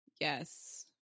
Yes